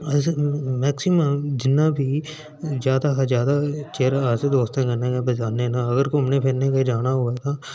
अस मैक्सिम जिन्नां बी ज्यादा शा ज्यादा दोस्तें कन्नै गै जन्ने आं अगर घूमने फिरने गै जाना होआ तां अस दोस्तें कन्नै गै